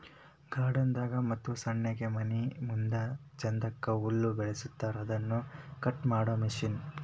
garden ದಾಗ ಮತ್ತ ಸಣ್ಣಗೆ ಮನಿಮುಂದ ಚಂದಕ್ಕ ಹುಲ್ಲ ಬೆಳಸಿರತಾರ ಅದನ್ನ ಕಟ್ ಮಾಡು ಮಿಷನ್